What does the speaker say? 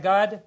God